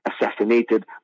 assassinated